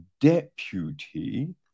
deputy